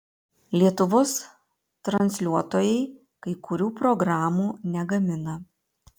lietuvos transliuotojai kai kurių programų negamina